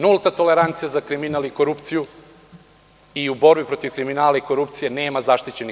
Nulta tolerancija za kriminal i korupciju i u borbi protiv kriminala i korupcije nema zaštićenih.